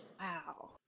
Wow